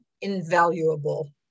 invaluable